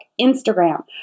Instagram